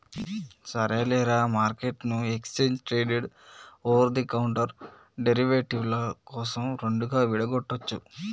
సరేలేరా, మార్కెట్ను exchange traded over the counter derivative ల కోసం రెండుగా విడగొట్టొచ్చు